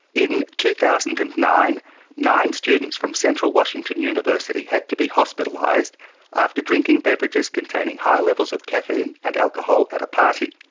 in two thousand and nine nine students from central washington university had to be hospitalised after drinking beverages containing high levels of caffeine and alcohol at a party.